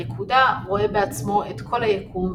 הנקודה רואה בעצמו את כל היקום,